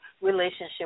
relationship